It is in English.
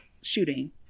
shooting